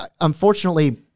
Unfortunately